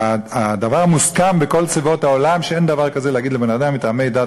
הדבר מוסכם בכל צבאות העולם שאין דבר כזה להגיד לבן-אדם: מטעמי דת,